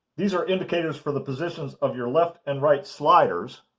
these are indicators for the positions of your left and right sliders,